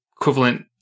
equivalent